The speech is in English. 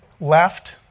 left